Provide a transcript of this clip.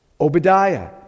Obadiah